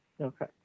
Okay